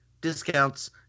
discounts